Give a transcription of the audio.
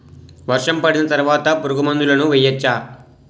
వర్షం పడిన తర్వాత పురుగు మందులను వేయచ్చా?